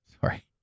sorry